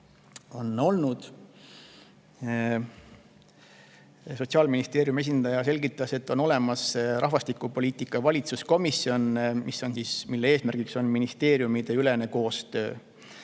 on olnud. Sotsiaalministeeriumi esindaja selgitas, et on olemas rahvastikupoliitika valitsuskomisjon, mille eesmärk on ministeeriumideülene koostöö.